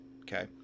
Okay